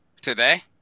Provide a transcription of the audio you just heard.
today